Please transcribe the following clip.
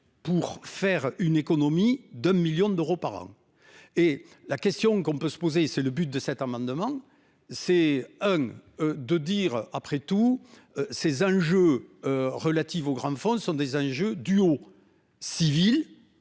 pour faire une économie d'un million d'euros par an. Et la question qu'on peut se poser, c'est le but de cet amendement. C'est un homme de dire après tout ces enjeux. Relatives aux grandes sont des enjeux du au civil.